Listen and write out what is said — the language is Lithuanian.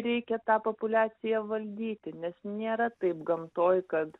reikia tą populiaciją valdyti nes nėra taip gamtoj kad